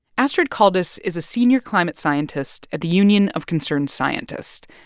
astrid caldas is a senior climate scientist at the union of concerned scientists.